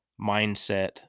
mindset